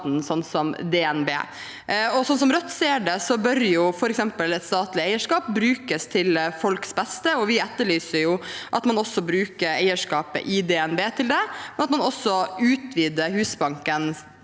som DNB. Sånn Rødt ser det, bør et statlig eierskap brukes til folks beste, og vi etterlyser at man også bruker eierskapet i DNB til det, og at man utvider Husbanken